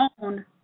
own